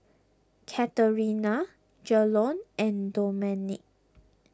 Katerina Dejon and Domenic